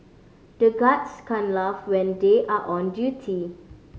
the guards can't laugh when they are on duty